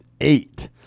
eight